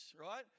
right